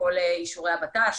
כל אישור הבט"ש,